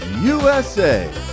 USA